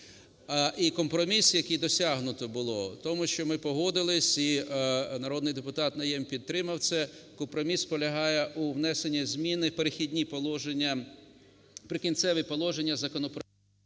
І компроміс, який досягнуто було, тому що ми погодилися і народний депутат Найєм підтримав це, компроміс полягає у внесенні зміни в "Перехідні положення..." в "Прикінцеві положення" законопроекту...